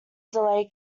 delay